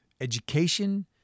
education